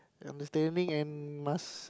understanding and must